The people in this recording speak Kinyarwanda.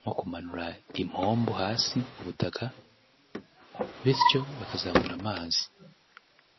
nko kumanura impombo hasi mu butaka, bityo bakazamura amazi.